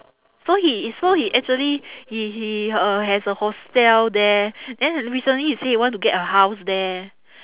so he so he actually he he uh has a hostel there then recently he say he want to get a house there